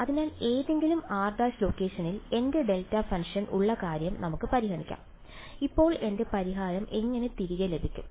അതിനാൽ ഏതെങ്കിലും r′ ലൊക്കേഷനിൽ എന്റെ ഡെൽറ്റ ഫംഗ്ഷൻ ഉള്ള കാര്യം നമുക്ക് പരിഗണിക്കാം ഇപ്പോൾ എന്റെ പരിഹാരം എങ്ങനെ തിരികെ ലഭിക്കും